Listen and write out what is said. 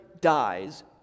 dies